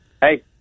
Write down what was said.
hey